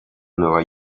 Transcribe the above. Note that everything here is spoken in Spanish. nueva